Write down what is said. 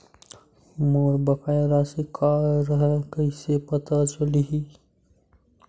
मोर बकाया राशि का हरय कइसे पता चलहि?